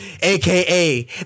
AKA